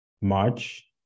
March